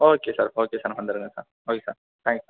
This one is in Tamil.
ஓகே சார் ஓகே சார் வந்துருங்க sir okay sir thank you sir